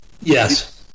Yes